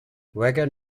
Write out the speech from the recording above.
wagon